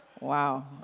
Wow